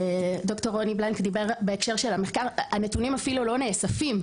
ד"ר רוני בלנק דיבר בהקשר של המחקר הנתונים אפילו לא נאספים,